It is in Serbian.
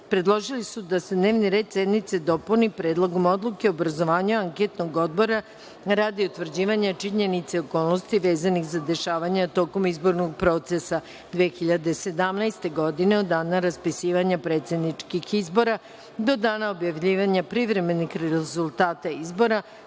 predložili su da se dnevni red sednice dopunu tačkom – Predlog odluke o obrazovanju Anketnog odbora radi utvrđivanja činjenica i okolnosti vezanih za dešavanja tokom izbornog procesa 2016. godine od dana raspisivanja republičkih izbora do dana objavljivanja konačnih rezultata